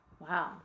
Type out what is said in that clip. Wow